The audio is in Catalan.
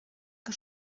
que